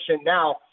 now